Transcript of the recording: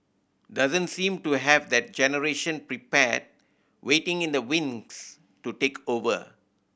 doesn't seem to have that generation prepared waiting in the wings to take over